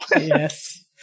Yes